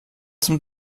zum